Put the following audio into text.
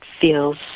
feels